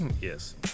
Yes